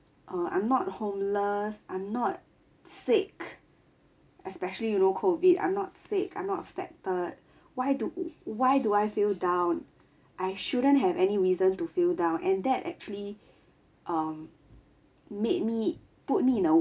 uh I'm not homeless I'm not sick especially you know COVID I'm not sick I'm not affected why do why do I feel down I shouldn't have any reason to feel down and that actually um made me put me in a